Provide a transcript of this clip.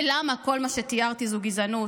ולמה כל מה שתיארתי זה גזענות?